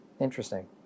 interesting